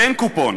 תן קופון.